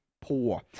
poor